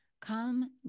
Come